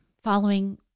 following